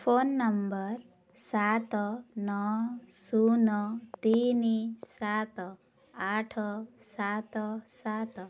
phone number ସାତ ନଅ ଶୂନ ତିନି ସାତ ଆଠ ସାତ ସାତ